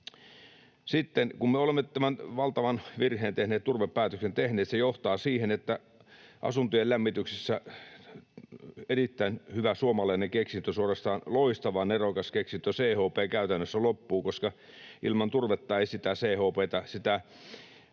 saa. Kun me olemme tämän valtavan virheen tehneet, turvepäätöksen tehneet, se johtaa siihen, että asuntojen lämmityksessä erittäin hyvä suomalainen keksintö — suorastaan loistava, nerokas keksintö, CHP — käytännössä loppuu, koska ilman turvetta ei siitä CHP:stä sitä